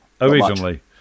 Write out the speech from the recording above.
originally